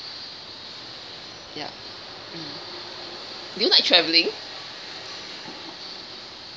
ya do you like travelling